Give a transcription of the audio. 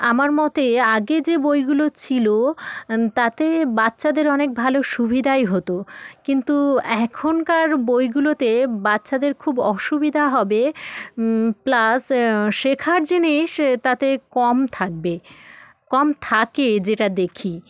আমার মতে আগে যে বইগুলো ছিলো তাতে বাচ্চাদের অনেক ভালো সুবিধাই হতো কিন্তু এখনকার বইগুলোতে বাচ্ছাদের খুব অসুবিধা হবে প্লাস শেখার জিনিস তাতে কম থাকবে কম থাকে যেটা দেখি